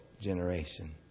generation